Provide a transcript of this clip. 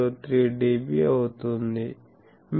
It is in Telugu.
03 dBఅవుతుంది